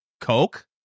Coke